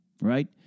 right